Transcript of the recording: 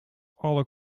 alle